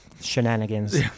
shenanigans